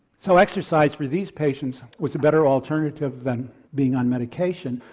so exercise for these patients was a better alternative than being on medication.